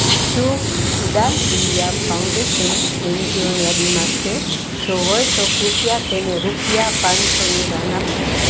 શું Udaan India foundation એનજીઓની યાદીમાં છે જો હોય તો કૃપયા તેને રૂપિયા પાંચસોનું દાન આપજો